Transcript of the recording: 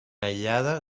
aïllada